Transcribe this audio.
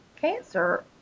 cancer